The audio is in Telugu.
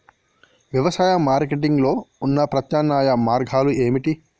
వ్యవసాయ మార్కెటింగ్ లో ఉన్న ప్రత్యామ్నాయ మార్గాలు ఏమిటి?